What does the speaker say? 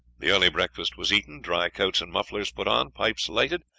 the early breakfast was eaten, dry coats and mufflers put on, pipes lighted,